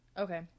Okay